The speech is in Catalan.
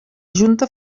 junta